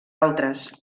altres